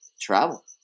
travel